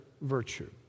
virtue